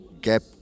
gap